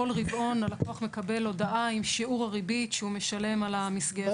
כל רבעון הלקוח מקבל הודעה עם שיעור הריבית שהוא משלם על המסגרת.